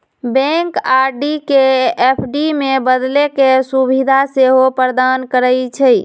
bank RD के FD में बदले के सुभीधा सेहो प्रदान करइ छइ